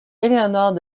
éléonore